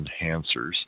enhancers